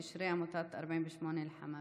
קשרי עמותת 48 לחמאס.